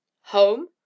home